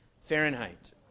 Fahrenheit